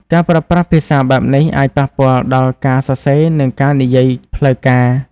ការប្រើប្រាស់ភាសាបែបនេះអាចប៉ះពាល់ដល់ការសរសេរនិងការនិយាយផ្លូវការ។